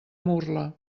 murla